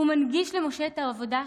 הוא מנגיש למשה את העבודה שלו.